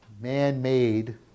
man-made